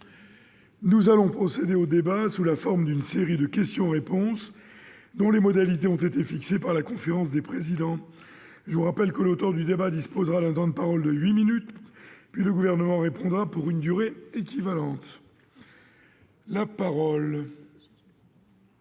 Nous allons procéder au débat sous la forme d'une série de questions-réponses dont les modalités ont été fixées par la conférence des présidents. Je vous rappelle que l'auteur de la demande du débat dispose d'un temps de parole de huit minutes, puis le Gouvernement répond pour une durée équivalente. À l'issue